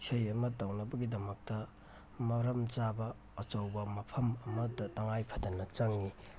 ꯏꯁꯩ ꯑꯃ ꯇꯧꯅꯕꯒꯤꯗꯃꯛꯇ ꯃꯔꯝ ꯆꯥꯕ ꯑꯆꯧꯕ ꯃꯐꯝ ꯑꯃꯗ ꯇꯉꯥꯏ ꯐꯗꯅ ꯆꯪꯉꯤ